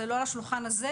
זה לא על השולחן הזה,